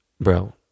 bro